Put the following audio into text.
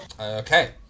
Okay